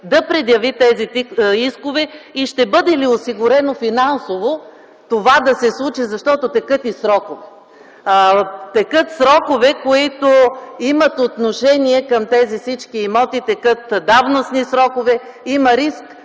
да предяви тези искове? Ще бъде ли осигурено финансово това да се случи, защото текат срокове? Текат срокове, които имат отношение към всички тези имоти, текат давностни срокове. Има риск,